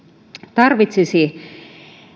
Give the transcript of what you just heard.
tarvitsisi